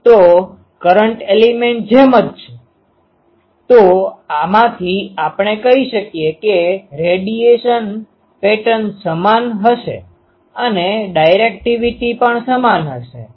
તો current element જેમ જ તો આમાંથી આપણે કહી શકીએ છીએ કે રેડિયેશન પેટર્ન સમાન હશે અને ડાયરેક્ટિવિટી પણ સમાન હશે